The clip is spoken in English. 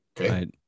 Okay